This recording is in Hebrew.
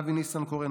אבי ניסנקורן,